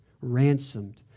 ransomed